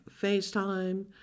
FaceTime